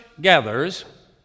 gathers